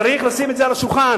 צריך לשים את זה על השולחן